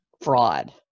fraud